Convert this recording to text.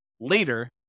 later